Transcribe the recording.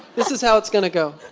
this is how it's gonna go.